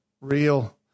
real